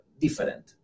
different